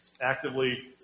actively